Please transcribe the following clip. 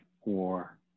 war